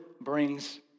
brings